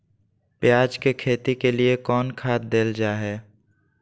प्याज के खेती के लिए कौन खाद देल जा हाय?